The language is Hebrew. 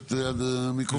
לגשת למיקרופון?